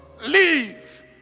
leave